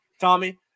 Tommy